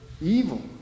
evil